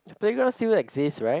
the playground still exist right